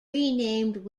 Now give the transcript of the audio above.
renamed